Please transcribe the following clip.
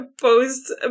post